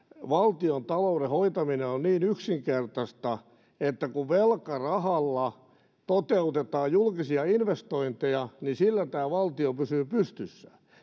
valtiontalouden hoitaminen on niin yksinkertaista että kun velkarahalla toteutetaan julkisia investointeja niin sillä tämä valtio pysyy pystyssä